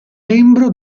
membro